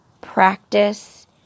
practice